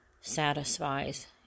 satisfies